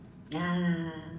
ya